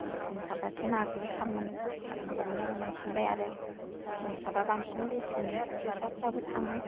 मेसिनजों सारबाथाय नाखौबो थाब सारनो हमनो मोनसिनबाय आरो मेसिनजों सारबा बांसिन बेसेन फैसाफ्राबो थाङो